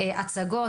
הצגות.